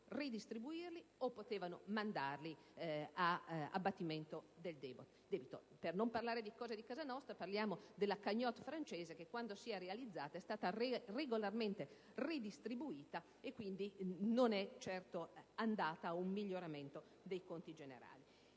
Per non parlare di cose di casa nostra, parliamo della *cagnotte* francese che, quando si è realizzata, è stata regolarmente redistribuita e non è certamente andata ad un miglioramento dei conti generali.